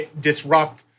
disrupt